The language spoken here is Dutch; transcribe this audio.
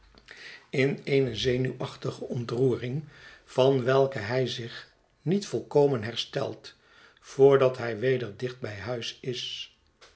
in eene zenuwachtige ontroering van welke hij zich niet volkomen herstelt voordat hij weder dicht bij huis is